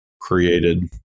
created